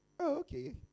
Okay